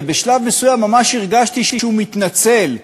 ובשלב מסוים ממש הרגשתי שהוא מתנצל.